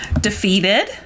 Defeated